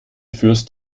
führst